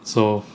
so